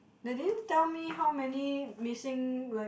they didn't tell me how many missing like